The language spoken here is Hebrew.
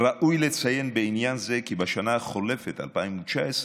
ראוי לציין בעניין זה כי בשנה החולפת, 2019,